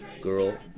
girl